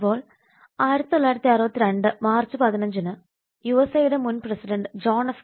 ഇപ്പോൾ 1962 മാർച്ച് 15 ന് യുഎസ്എയുടെ മുൻ പ്രസിഡന്റ് ജോൺ എഫ്